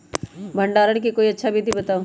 भंडारण के कोई अच्छा विधि बताउ?